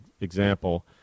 example